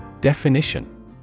Definition